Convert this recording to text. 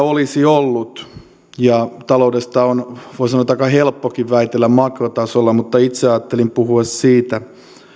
olisi ollut ja taloudesta on voisi sanoa aika helppokin väitellä makrotasolla mutta itse ajattelin puhua siitä